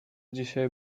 dzisiaj